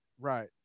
Right